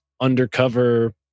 undercover